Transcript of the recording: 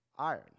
iron